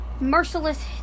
merciless